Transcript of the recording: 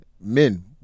Men